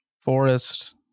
forest